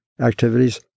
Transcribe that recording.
activities